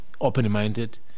open-minded